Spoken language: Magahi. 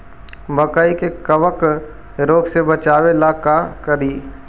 मकई के कबक रोग से बचाबे ला का करि?